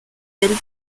del